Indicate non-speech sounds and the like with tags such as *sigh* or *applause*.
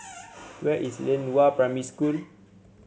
*noise* where is Lianhua Primary School